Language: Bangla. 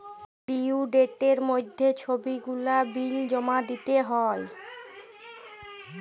ডিউ ডেটের মইধ্যে ছব গুলা বিল জমা দিতে হ্যয়